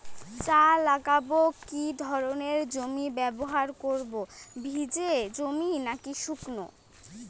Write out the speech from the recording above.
চা লাগাবো কি ধরনের জমি ব্যবহার করব ভিজে জমি নাকি শুকনো?